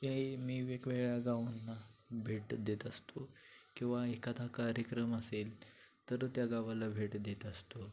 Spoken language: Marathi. याही मी वेगवेगळ्या गावांना भेट देत असतो किंवा एखादा कार्यक्रम असेल तर त्या गावाला भेट देत असतो